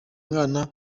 mwana